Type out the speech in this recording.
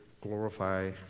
glorify